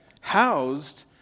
housed